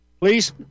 please